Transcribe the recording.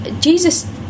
Jesus